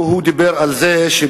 אז אני רוצה לשאול אותו,